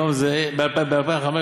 וב-2015,